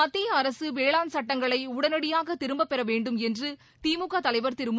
மத்திய அரசு வேளாண் சட்டங்களை உடனடியாக திரும்பப்பெற வேண்டும் என்று திமுக தலைவர் திரு மு